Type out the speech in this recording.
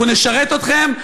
אנחנו נשרת אתכם,